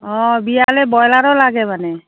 অঁ বিয়ালৈ ব্ৰইলাৰো লাগে মানে